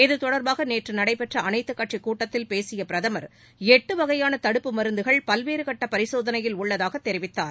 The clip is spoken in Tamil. இது தொடர்பாகநேற்றநடைபெற்றஅனைத்துக் கட்சிகூட்டத்தில் பேசியபிரதமர் எட்டுவகையானதடுப்பு மருந்துகள் பல்வேறுகட்டபரிசோதனையில் உள்ளதாக் தெரிவித்தார்